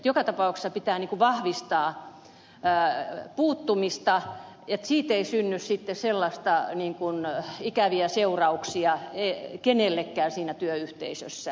joka tapauksessa pitää vahvistaa puuttumista että siitä ei synny sitten sellaisia niin kuin ikäviä seurauksia kenellekään siinä työyhteisössä